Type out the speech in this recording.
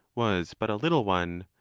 was but a little one,